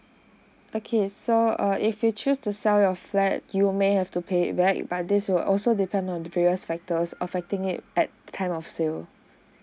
okay so err if you choose to sell your flat you may have to pay it back but this will also depend on various factors affecting it at time of sale